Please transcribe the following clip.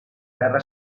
terra